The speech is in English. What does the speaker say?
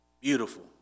Beautiful